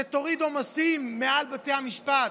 שתוריד עומסים מעל בתי המשפט.